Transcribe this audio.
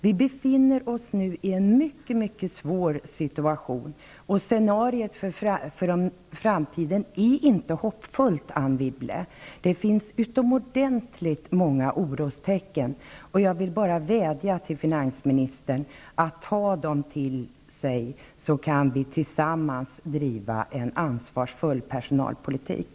Vi befinner oss nu i en mycket svår situation, och scenariot för framtiden är inte hoppfullt, Anne Wibble. Det finns utomor dentligt många orostecken, och jag vill bara vädja till finansministern att ta dem till sig så att vi tillsammans kan driva en ansvarsfull personalpolitik.